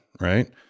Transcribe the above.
Right